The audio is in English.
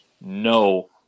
no